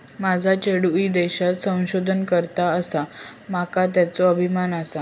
माझा चेडू ईदेशात संशोधन करता आसा, माका त्येचो अभिमान आसा